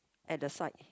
at the side